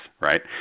right